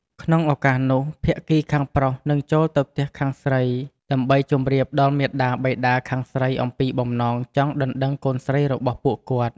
ក្នុងឱកាសនោះ ភាគីខាងប្រុសនឹងចូលទៅផ្ទះខាងស្រី ដើម្បីជម្រាបដល់មាតាបិតាខាងស្រីអំពីបំណងចង់ដណ្ដឹងកូនស្រីរបស់ពួកគាត់។